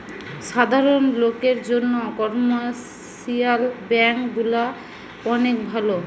সাধারণ লোকের জন্যে কমার্শিয়াল ব্যাঙ্ক গুলা অনেক ভালো